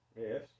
Yes